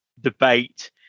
debate